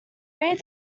read